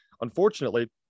unfortunately